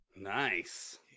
Nice